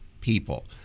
people